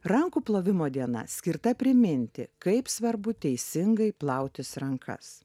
rankų plovimo diena skirta priminti kaip svarbu teisingai plautis rankas